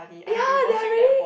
ya very